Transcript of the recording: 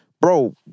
Bro